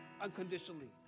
unconditionally